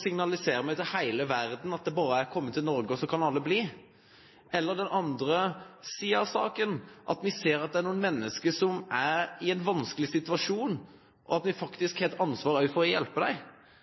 signaliserer vi til hele verden at det bare er å komme til Norge, alle kan bli. Den andre siden av saken er at vi ser at det er mennesker som er i en vanskelig situasjon, og at vi faktisk også har et ansvar for å hjelpe